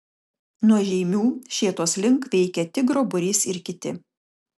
nuo žeimių šėtos link veikė tigro būrys ir kiti